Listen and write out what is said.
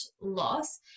loss